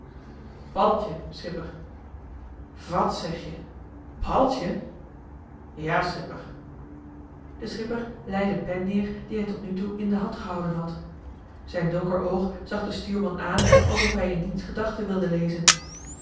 wàt zeg je paddeltje ja schipper de schipper lei de pen neer die hij tot nu toe in de hand gehouden had zijn donker oog zag den stuurman aan alsof hij in diens gedachten wilde lezen